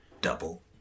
Double